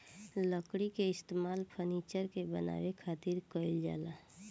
लकड़ी के इस्तेमाल फर्नीचर के बानवे खातिर कईल जाला